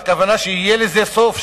הכוונה שיהיה לזה סוף,